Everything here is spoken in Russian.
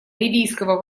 ливийского